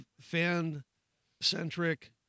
fan-centric